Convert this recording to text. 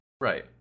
Right